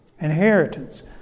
inheritance